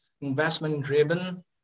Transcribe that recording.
investment-driven